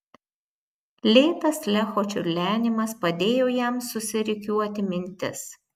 lėtas lecho čiurlenimas padėjo jam susirikiuoti mintis